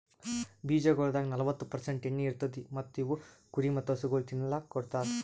ಬೀಜಗೊಳ್ದಾಗ್ ನಲ್ವತ್ತು ಪರ್ಸೆಂಟ್ ಎಣ್ಣಿ ಇರತ್ತುದ್ ಮತ್ತ ಇವು ಕುರಿ ಮತ್ತ ಹಸುಗೊಳಿಗ್ ತಿನ್ನಲುಕ್ ಕೊಡ್ತಾರ್